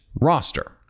roster